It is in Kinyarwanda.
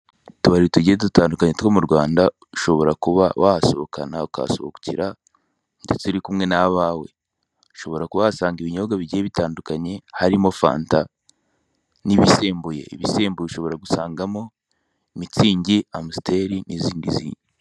Utubari tugiye dutandukanye two mu Rwanda, ushobora kuba wasohokana ukahasohokera ndetse uri kumwe n'abawe. Ushobora kuba wahasanga ibinyobwa bigiye bitandukanye harimo fanta n'ibisembuye. Ibisembuye ushobora gusangamo mitsingi, amusiteli n'izindi zi.